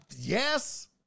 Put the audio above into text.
Yes